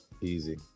Easy